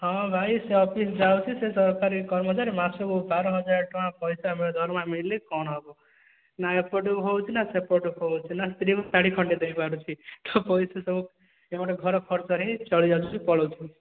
ହଁ ଭାଇ ସେ ଅଫିସ ଯାଉଛି ସେ ସରକାରୀ କର୍ମଚାରୀ ମାସକୁ ବାର ହଜାର ଟଙ୍କା ପଇସା ଦରମା ମିଳିଲେ କଣ ହେବ ନା ଏପଟୁ ହେଉଛି ନା ସେପଟୁ ହେଉଛି ନା ସ୍ତ୍ରୀ କୁ ଶାଢ଼ୀ ଖଣ୍ଡେ ଦେଇପାରୁଛି ତ ପଇସା ସବୁ ଏହିପଟେ ଘର ଖର୍ଚ୍ଚ ରେ ହିଁ ଚଳିଯାଉଛି ପଳାଉଛି